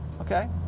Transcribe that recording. okay